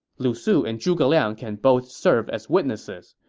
lu su and zhuge liang can both serve as witnesses.